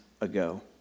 ago